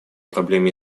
проблеме